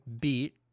beat